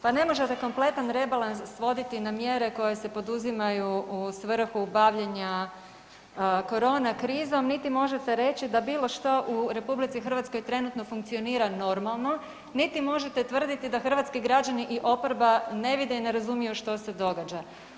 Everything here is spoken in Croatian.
Pa ne možete kompletan rebalans svoditi na mjere koje se poduzimaju u svrhu bavljenja korona krizom niti možete reći da bilo što u RH trenutno funkcionira normalno niti možete tvrditi da hrvatski građani i oporba ne vide i ne razumiju što se događa.